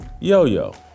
Yo-Yo